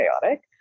chaotic